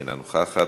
אינה נוכחת,